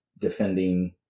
defending